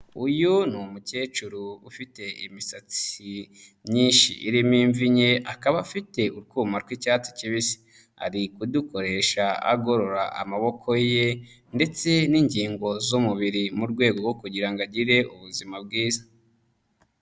Uyu ni umukecuru ufite imisatsi myinshi irimo imvi nke, akaba afite utwuma rw'icyatsi kibisi, ari kudukoresha agorora amaboko ye ndetse n'ingingo z'umubiri mu rwego rwo kugira ngo agire ubuzima bwiza.